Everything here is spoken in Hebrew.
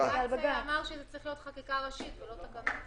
בג"ץ אמר שזאת צריכה להיות חקיקה ראשית ולא תקנות.